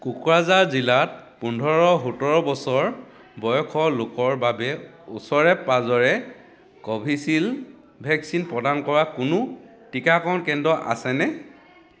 কোকৰাঝাৰ জিলাত পোন্ধৰ সোতৰ বছৰ বয়সৰ লোকৰ বাবে ওচৰে পাঁজৰে কভিশ্বিল্ড ভেকচিন প্ৰদান কৰা কোনো টীকাকৰণ কেন্দ্ৰ আছেনে